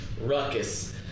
ruckus